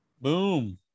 Boom